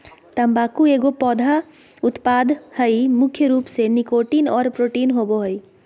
तम्बाकू एगो पौधा उत्पाद हइ मुख्य रूप से निकोटीन और प्रोटीन होबो हइ